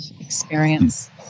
experience